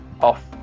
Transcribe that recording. off